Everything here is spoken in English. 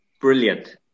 Brilliant